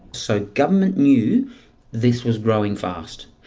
so government knew this was growing fast,